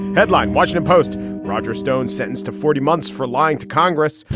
headline washington post roger stone sentenced to forty months for lying to congress.